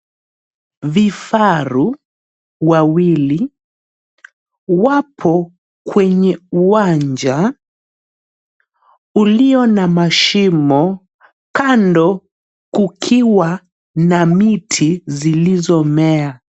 Vifaru wawili wapo kwenye uwanja ulio na mashimo kando kukiw na miti zilizomea.